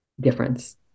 difference